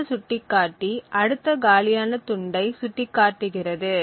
அடுத்த சுட்டிக்காட்டி அடுத்த காலியான துண்டை சுட்டிக்காட்டுகிறது